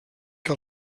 que